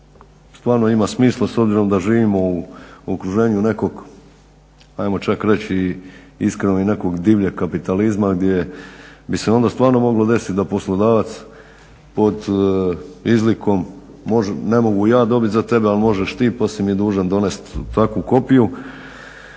stvarno ima smisla s obzirom da živimo u okruženju nekog hajmo čak reći iskreno i nekog divljeg kapitalizma gdje bi se onda stvarno moglo desiti da poslodavac pod izlikom ne mogu ja dobit za tebe, ali možeš ti pa si mi dužan donest takvu kopiju.